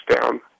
down